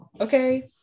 okay